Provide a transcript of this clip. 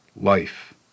life